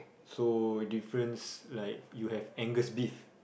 so difference like you have angus beef